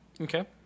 okay